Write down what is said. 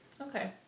Okay